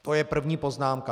To je první poznámka.